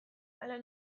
hala